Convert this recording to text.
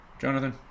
Jonathan